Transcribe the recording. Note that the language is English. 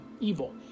evil